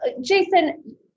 Jason